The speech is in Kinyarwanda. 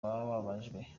bababajwe